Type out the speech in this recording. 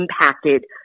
impacted